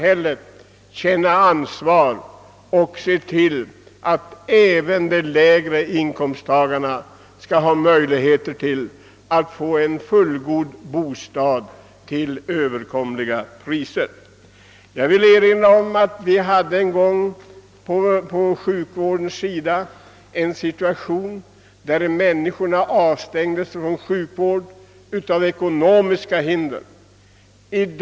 Även mindre inkomsttagare skall ha möjligheter att skaffa sig fullgoda bostäder till överkomliga priser. En gång i tiden hade vi sådana förhållanden på sjukvårdens område att människor utstängdes från vård av ekonomiska skäl.